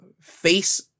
face